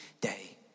day